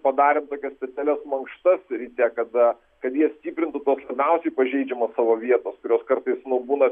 padarėm tokias specialias mankštas ryte kada kad jie stiprintų tuos labiausiai pažeidžiamos savo vietos kurios kartais nu būna